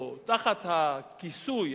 או תחת הכיסוי,